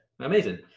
amazing